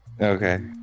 okay